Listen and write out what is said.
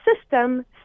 system